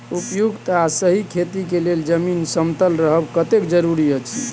उपयुक्त आ सही खेती के लेल जमीन समतल रहब कतेक जरूरी अछि?